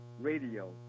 radio